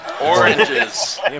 Oranges